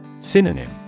Synonym